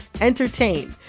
entertain